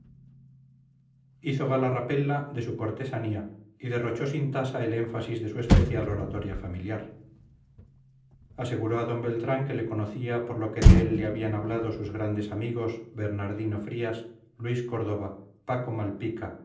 hizo gala rapella de su cortesanía y derrochó sin tasa el énfasis de su especial oratoria familiar aseguró a d beltrán que le conocía por lo que de él le habían hablado sus grandes amigos bernardino frías luis córdova paco malpica